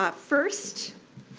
but first,